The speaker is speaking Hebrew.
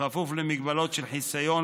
ובכפוף למגבלות של חיסיון,